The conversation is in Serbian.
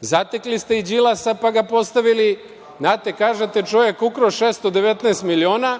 Zatekli ste i Đilasa, pa ga postavili… Znate, kažete, čovek ukrao 619 miliona